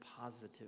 positive